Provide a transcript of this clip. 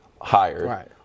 hired